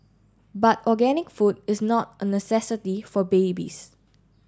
but organic food is not a necessity for babies